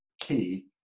key